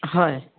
হয়